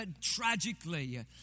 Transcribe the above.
tragically